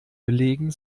belegen